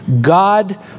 God